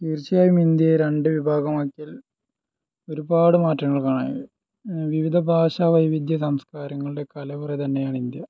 തീർച്ചായും ഇന്ത്യയെ രണ്ട് വിഭാഗമാക്കിയാൽ ഒരുപാട് മാറ്റങ്ങൾ കാണാൻ കഴിയും വിവിധ ഭാഷാ വൈവിധ്യ സംസ്കാരങ്ങളുടെ കലവറ തന്നെയാണ് ഇന്ത്യ